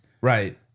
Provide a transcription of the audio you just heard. Right